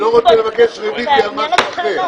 אני לא רוצה לבקש רוויזיה על משהו אחר.